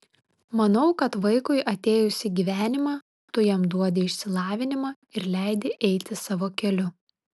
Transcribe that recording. manau kad vaikui atėjus į gyvenimą tu jam duodi išsilavinimą ir leidi eiti savo keliu